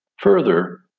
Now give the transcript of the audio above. Further